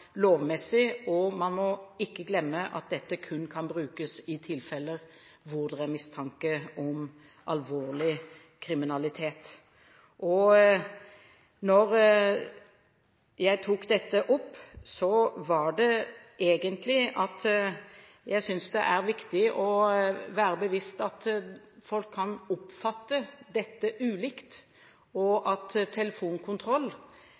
lovmessige rammer. Man må ikke glemme at dette kun kan brukes i tilfeller hvor det er mistanke om alvorlig kriminalitet. Når jeg tok dette opp, var det egentlig fordi jeg synes det er viktig å være seg bevisst at folk kan oppfatte dette ulikt, og